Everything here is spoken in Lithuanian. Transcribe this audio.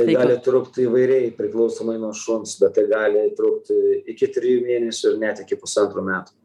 tai gali trukt įvairiai priklausomai nuo šuns bet tai gali trukti iki trijų mėnesių ir net iki pusantrų metų